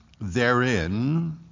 therein